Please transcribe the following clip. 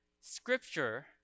scripture